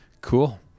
cool